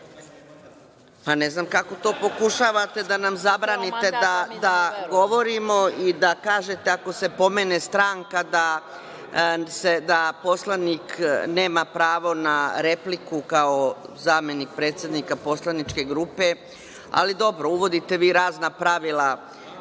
Pa, ne znam kako to pokušavate da nam zabranite da govorimo i da kažete, ako se pomene stranka, da poslanik nema pravo na repliku kao zamenika predsednika poslaničke grupe, ali dobro, uvodite vi razna pravila,